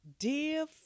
Dear